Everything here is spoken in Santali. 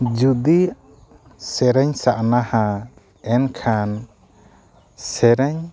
ᱡᱩᱫᱤ ᱥᱮᱨᱮᱧ ᱥᱟᱦᱱᱟᱜᱼᱟ ᱮᱱᱠᱷᱟᱱ ᱥᱮᱨᱮᱧ